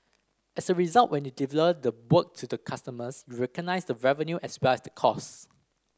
as a result when you deliver the work to the customers you recognise the revenue as well the cost